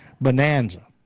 Bonanza